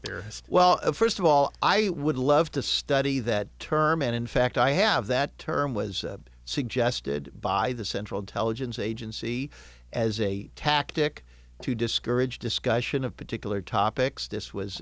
theorist well first of all i would love to study that term and in fact i have that term was suggested by the central intelligence agency as a tactic to discourage discussion of particular topics this was